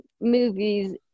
movies